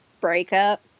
breakup